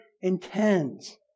intends